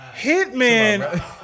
Hitman